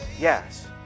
Yes